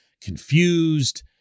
confused